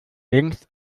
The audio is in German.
längst